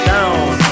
Down